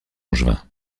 angevin